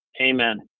Amen